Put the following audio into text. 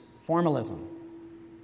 formalism